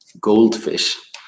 goldfish